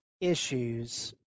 issues